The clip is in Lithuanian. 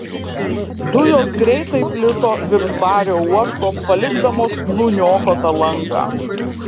dujos greitai plito virš bario uosto palikdamos nuniokotą lanką